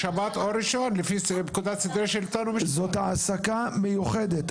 שבת או ראשון לפי פקודת --- זאת העסקה מיוחדת,